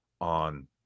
on